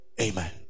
Amen